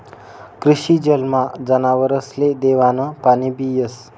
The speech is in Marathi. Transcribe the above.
कृषी जलमा जनावरसले देवानं पाणीबी येस